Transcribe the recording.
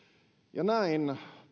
ja näin